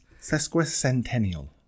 Sesquicentennial